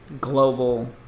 global